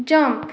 jump